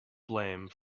blame